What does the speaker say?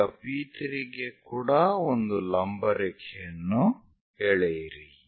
ಈಗ P3 ಗೆ ಕೂಡ ಒಂದು ಲಂಬರೇಖೆಯನ್ನು ಎಳೆಯಿರಿ